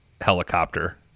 helicopter